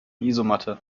isomatte